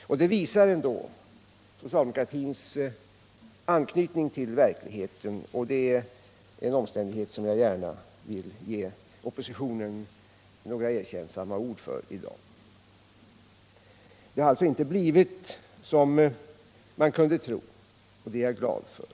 Det är ändå ett uttryck för socialdemokratins anknytning till verkligheten, och den omständigheten vill jag gärna ge oppositionen några erkännsamma ord för i dag. Det har alltså inte blivit som man kunde tro, och det är jag glad för.